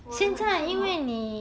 我的很顺 hor